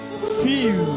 Feel